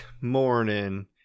morning